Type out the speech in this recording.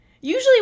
usually